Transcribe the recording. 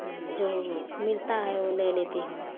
जो मिलता है वो ले लेती हूँ